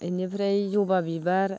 इनिफ्राय जबा बिबार